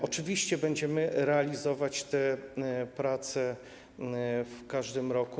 Oczywiście będziemy realizować te prace w każdym roku.